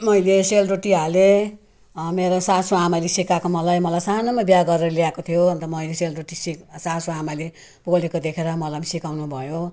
मैले सेलरोटी हालेँ मेरा सासुआमाले सिकाएको मलाई मलाई सानुमै बिहा गरेर ल्याएको थियो अनि त मैले सेलरोटी सेक् सासूआमाले पोलेको देखेर मलाई पनि सिकाउनुभयो